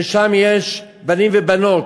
ששם יש בנים ובנות,